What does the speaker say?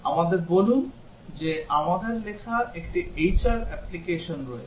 আমাদের বলুন যে আমাদের লেখা একটি HR অ্যাপ্লিকেশন রয়েছে